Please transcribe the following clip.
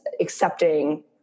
accepting